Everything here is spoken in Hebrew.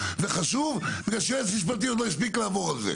וחשוב בגלל שיועץ משפטי עוד לא הספיק לעבור על זה.